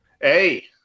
Hey